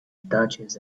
dodges